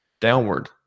downward